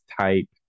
type